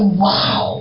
wow